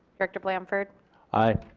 director blanford aye.